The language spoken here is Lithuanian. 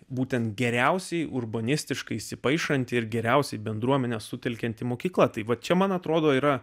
būtent geriausiai urbanistiškai įsipaišanti ir geriausiai bendruomenę sutelkianti mokyklą tai va čia man atrodo yra